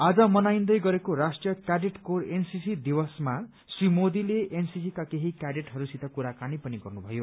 आज मनाइन्दै गरेको राष्ट्रीय क्याडेट कोर एनसीसी दिवसमा श्री मोदीले एनसीसीका केही क्याडेटहरूसित कुराकानी पनि गर्नुभयो